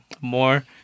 more